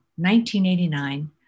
1989